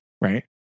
right